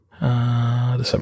December